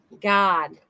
God